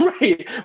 Right